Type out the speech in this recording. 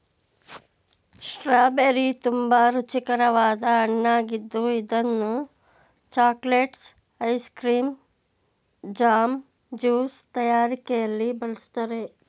strawberry ತುಂಬಾ ರುಚಿಕರವಾದ ಹಣ್ಣಾಗಿದ್ದು ಇದನ್ನು chocolates, ice cream, jam, juice ತಯಾರಿಕೆಯಲ್ಲಿ ಬಳ್ಸತ್ತರೆ